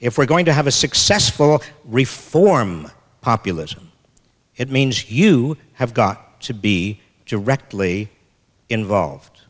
if we're going to have a successful reform populism it means you have got to be directly involved